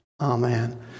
Amen